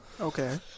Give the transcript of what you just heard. Okay